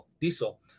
diesel